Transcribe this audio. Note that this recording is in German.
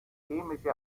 chemische